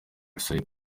site